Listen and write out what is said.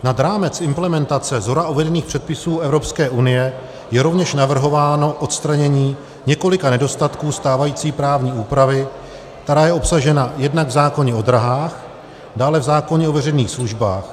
Nad rámec implementace shora uvedených předpisů Evropské unie je rovněž navrhováno odstranění několika nedostatků stávající právní úpravy, která je obsažena jednak v zákoně o dráhách, dále v zákoně o veřejných službách.